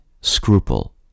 scruple